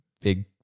big